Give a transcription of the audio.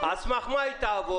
על סמך מה היא תעבוד?